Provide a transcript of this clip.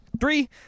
Three